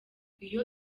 iyo